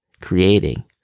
creating